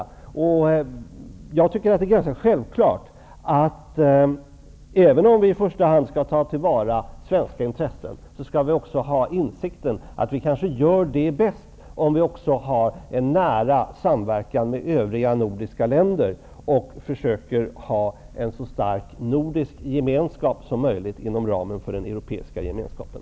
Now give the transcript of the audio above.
Även om vi i första hand skall ta till vara svenska intressen, tycker jag att det är ganska självklart att vi också skall ha insikten att vi kan göra det bäst om vi också har en nära samverkan med övriga nordiska länder och försöker upprätthålla en så stark nordisk gemenskap som möjligt inom ramen för den europeiska gemenskapen.